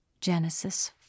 Genesis